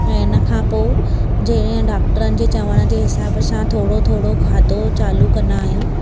ऐं इनखां पोइ जीअं डॉक्टरनि जे चवण जे हिसाबु सां थोरो थोरो खाधो चालू कंदा आहियूं